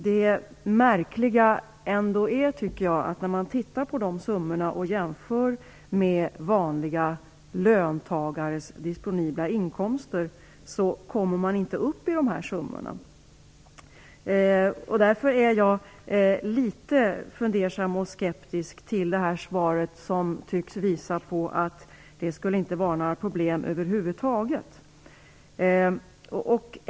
Det märkliga är att vanliga löntagares disponibla inkomster inte kommer upp i de här summorna. Jag är därför litet fundersam och skeptisk till det här svaret, som tycks visa på att det inte skulle vara några problem över huvud taget.